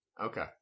Okay